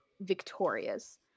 victorious